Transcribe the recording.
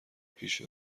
پیش